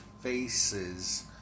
faces